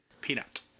peanut